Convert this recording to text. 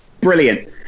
Brilliant